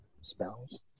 spells